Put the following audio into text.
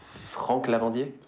franck lavandier?